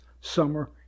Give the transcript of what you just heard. Summer